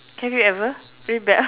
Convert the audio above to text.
have you ever